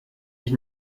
ich